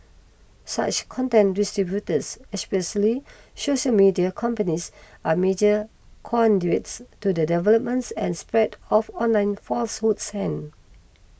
such content distributors especially social media companies are major conduits to the developments and spread of online falsehoods and